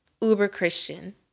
uber-Christian